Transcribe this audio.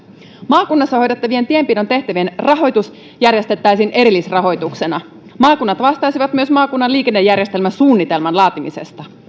maakunnassa hoidettavien tienpidon tehtävien rahoitus järjestettäisiin erillisrahoituksena maakunnat vastaisivat myös maakunnan liikennejärjestelmäsuunnitelman laatimisesta